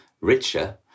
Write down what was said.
richer